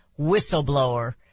whistleblower